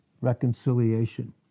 reconciliation